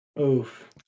Oof